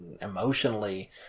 emotionally